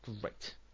Great